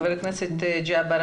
חבר הכנסת ג'אבר